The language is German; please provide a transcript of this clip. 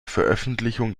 veröffentlichung